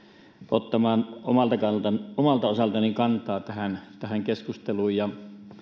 ottamaan omalta osaltani kantaa tähän tähän keskusteluun ja